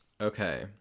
Okay